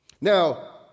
Now